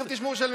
תכף תשמעו של מי.